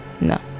No